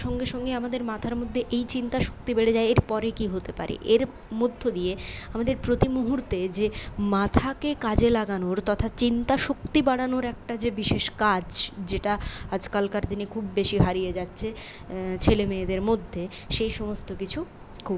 সঙ্গে সঙ্গে আমাদের মাথার মধ্যে এই চিন্তাশক্তি বেড়ে যায় এর পরে কী হতে পারে এর মধ্য দিয়ে আমাদের প্রতি মুহুর্তে যে মাথাকে কাজে লাগানোর তথা চিন্তাশক্তি বাড়ানোর একটা যে বিশেষ কাজ যেটা আজকালকার দিনে খুব বেশি হারিয়ে যাচ্ছে ছেলেমেয়েদের মধ্যে সেই সমস্ত কিছু খুব